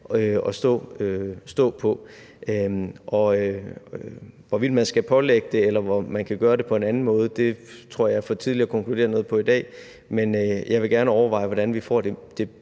at stå på. Hvorvidt man skal pålægge det, eller om man kan gøre det på en anden måde, tror jeg det er for tidligt at konkludere noget på i dag, men jeg vil gerne overveje, hvordan vi får det